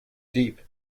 deep